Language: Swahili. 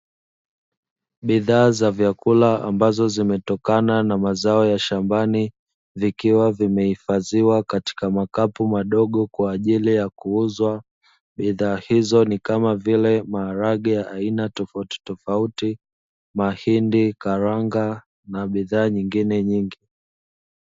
Bidhaa za vyakula ambazo zimetokana na mazao ya shambani zikiwa zimehifadhiwa katika makapu madogo kwa ajili ya kuuzwa. Bidhaa hizo ni kama vile: maharage ya aina tofautitofauti, mahindi, karanga na bidhaa nyingine nyingi.